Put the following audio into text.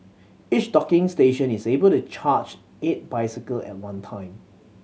each docking station is able to charge eight bicycle at one time